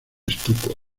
estuco